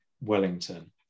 Wellington